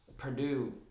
Purdue